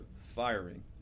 firing